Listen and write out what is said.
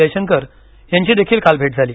जयशंकर यांची देखील काल भेट झाली